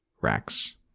racks